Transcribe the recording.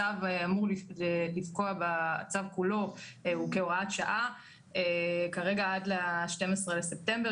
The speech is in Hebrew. הצו כולו הוא כהוראת שעה עד ה-12 בספטמבר,